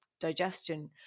digestion